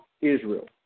Israel